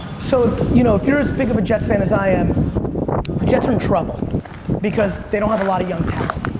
so you know if you're as big of a jets fan as i am the jets are in trouble because they don't have a lot of young talent.